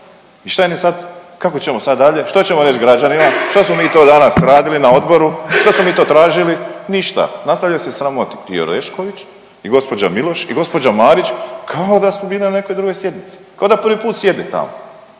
i što im je sad, kako ćemo sad dalje, što ćemo reć građanima, šta smo mi to danas radili na odboru, šta smo mi to tražili, ništa, nastavljaju se sramotiti i Orešković i gđa. Miloš i gđa. Marić kao da su bile na nekoj drugoj sjednici, kao da prvi put sjede tamo,